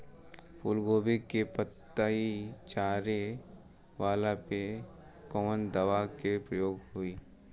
फूलगोभी के पतई चारे वाला पे कवन दवा के प्रयोग होई?